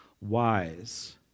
wise